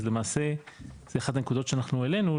אז למעשה זה אחד הנקודות שאנחנו העלנו,